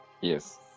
Yes